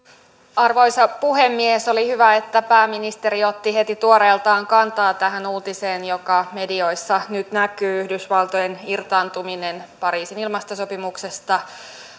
arvoisa puhemies oli hyvä että pääministeri otti heti tuoreeltaan kantaa tähän uutiseen joka medioissa nyt näkyy yhdysvaltojen irtaantuminen pariisin ilmastosopimuksesta